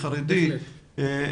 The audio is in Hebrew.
חרדי,